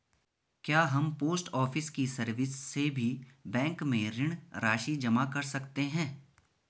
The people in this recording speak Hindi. क्या हम पोस्ट ऑफिस की सर्विस से भी बैंक में ऋण राशि जमा कर सकते हैं?